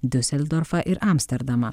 diuseldorfą ir amsterdamą